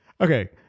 Okay